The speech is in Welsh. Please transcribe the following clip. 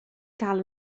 gael